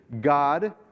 God